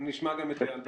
אנחנו נשמע גם את אייל בצר.